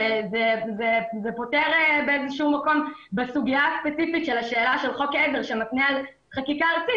זה פותר את הסוגיה הספציפית של השאלה של חוק עזר שמתנה על חקיקה ארצית